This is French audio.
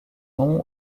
nom